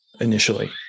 initially